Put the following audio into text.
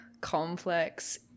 complex